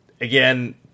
again